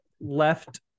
left